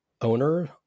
owner